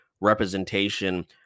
representation